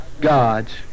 God's